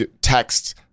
text